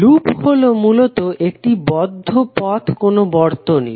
loop হলো মূলত একটি বদ্ধ পথ কোনো বর্তনীর